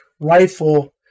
rifle